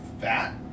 fat